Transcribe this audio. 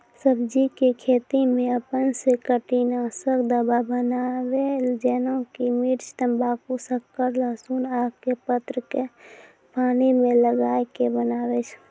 सब्जी के खेती मे अपन से कीटनासक दवा बनाबे जेना कि मिर्च तम्बाकू शक्कर लहसुन आक के पत्र के पानी मे गलाय के बनाबै छै?